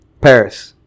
Paris